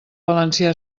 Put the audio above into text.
valencià